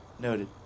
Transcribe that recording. Noted